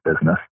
business